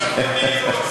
דחו דיון.